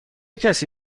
کسی